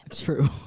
true